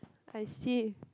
I see